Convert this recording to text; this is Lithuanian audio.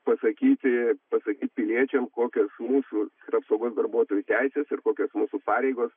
pasakyti pasakyt piliečiam kokios mūsų ir apsaugos darbuotojų teisės ir kokios mūsų pareigos